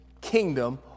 kingdom